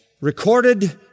recorded